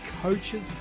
coaches